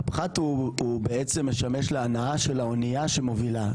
הפחת הוא בעצם משמש להנעה של האונייה שמובילה.